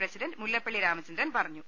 president Mullappally Ramachandran പറഞ്ഞു